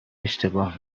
اشتباه